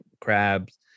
crabs